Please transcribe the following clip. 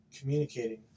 communicating